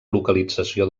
localització